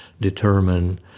determine